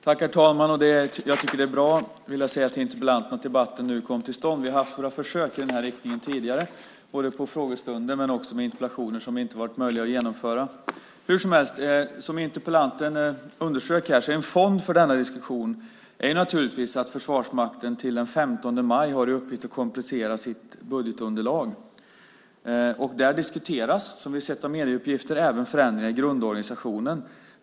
Herr talman! Jag vill säga till interpellanten att jag tycker att det är bra att debatten nu kom till stånd. Vi har haft försök i den här riktningen tidigare, både på frågestunder och i interpellationer, som inte varit möjliga att genomföra. Hur som helst: Som fond för denna diskussion är naturligtvis att Försvarsmakten till den 15 maj har möjlighet att komplettera sitt budgetunderlag. Där diskuteras, som vi sett i medieuppgifter, även förändringar i grundorganisationen.